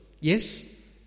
Yes